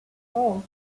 route